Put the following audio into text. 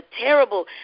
terrible